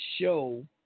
show